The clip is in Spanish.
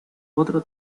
otro